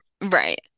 Right